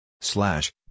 Slash